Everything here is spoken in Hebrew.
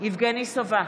יבגני סובה,